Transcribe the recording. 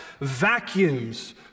vacuums